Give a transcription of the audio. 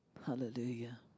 Hallelujah